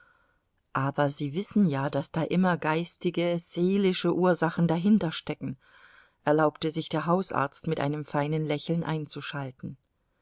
aber sie wissen ja daß da immer geistige seelische ursachen dahinterstecken erlaubte sich der hausarzt mit einem feinen lächeln einzuschalten